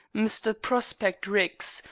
mr. prospect ricks,